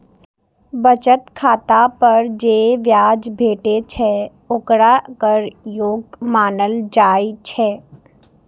बचत खाता पर जे ब्याज भेटै छै, ओकरा कर योग्य मानल जाइ छै